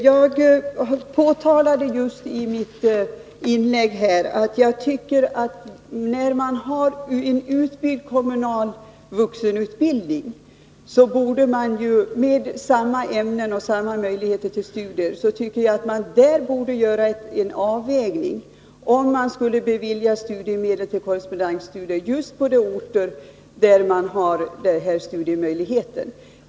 Herr talman! Jag sade ju i mitt inlägg att jag tycker att man när man har en utbyggd kommunal vuxenutbildning, med samma ämnen och samma möjligheter till studier, borde göra en avvägning om man skall bevilja studiemedel för korrespondensstudier till personer som bor på orter där dessa studiemöjligheter finns.